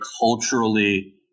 culturally